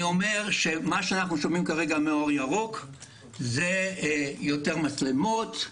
מה שאנחנו שומעים כרגע מאור ירוק זה יותר מצלמות,